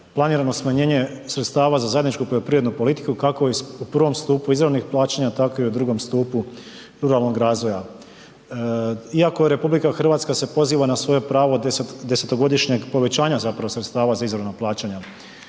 planirano smanjenje sredstava za zajedničku poljoprivrednu politiku kako u prvom stupu izravnih plaćanja tako i u drugom stupu ruralnog razvoja. Iako RH se poziva na svoje pravo 10-to godišnjeg povećanja zapravo sredstva za izravna plaćanja.